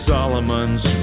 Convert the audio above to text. Solomon's